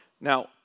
Now